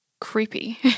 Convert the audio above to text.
creepy